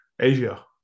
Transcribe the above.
Asia